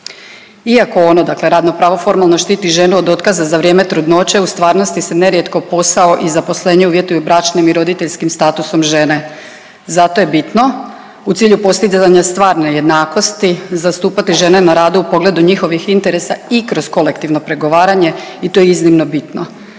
Iako ono, dakle radno pravo formalno štiti ženu od otkaza za vrijeme trudnoće u stvarnosti se nerijetko posao i zaposlenje uvjetuju bračnim i roditeljskim statusom žene. Zato je bitno u cilju postizanja stvarne jednakosti zastupati žene na radu u pogledu njihovih interesa i kroz kolektivno pregovaranje i to je iznimno bitno.